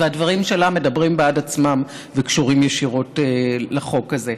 והדברים שלה מדברים בעד עצמם וקשורים ישירות לחוק הזה: